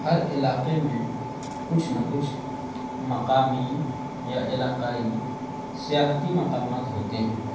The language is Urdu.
ہر علاقے میں کچھ نہ کچھ مقامی یا علاقائی سیاحتی مقامات ہوتے ہیں